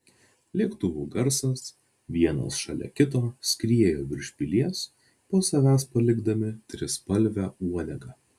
lėktuvų garsas vienas šalia kito skriejo virš pilies po savęs palikdami trispalvę uodegą